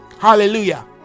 Hallelujah